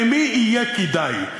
למי יהיה כדאי?